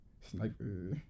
Sniper